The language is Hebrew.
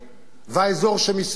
והאזור שמסביבנו,